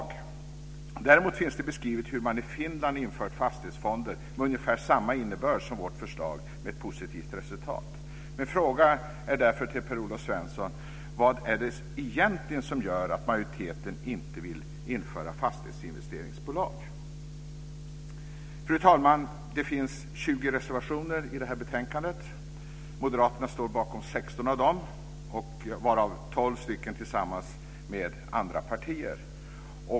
Däremot finns det beskrivet hur man i Finland infört fastighetsfonder med ungefär samma innebörd som vårt förslag med positivt resultat. Min fråga till Per-Olof Svensson är därför: Vad är det egentligen som gör att majoriteten inte vill införa fastighetsinvesteringsbolag? Fru talman! Det finns 20 reservationer i detta betänkande. Moderaterna står bakom 16 av dem, varav 12 stycken tillsammans med andra partier.